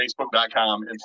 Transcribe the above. Facebook.com